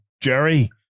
Jerry